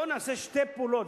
בואו נעשה שתי פעולות,